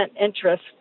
interest